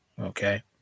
okay